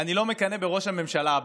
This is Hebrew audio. אני לא מקנא בראש הממשלה הבא.